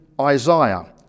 Isaiah